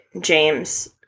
James